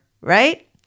right